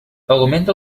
augmenta